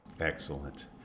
excellent